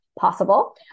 possible